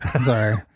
Sorry